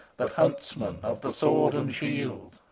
but huntsmen of the sword and shield.